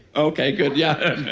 okay, good, yeah.